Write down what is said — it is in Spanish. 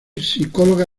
psicóloga